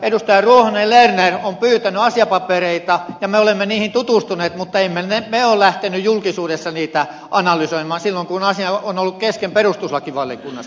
ruohonen lerner on pyytänyt asiapapereita ja me olemme niihin tutustuneet mutta emme me ole lähteneet julkisuudessa niitä analysoimaan silloin kun asia on ollut kesken perustuslakivaliokunnassa